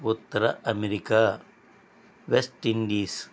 Uttara America West Indies